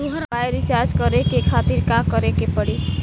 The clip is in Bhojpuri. मोबाइल रीचार्ज करे खातिर का करे के पड़ी?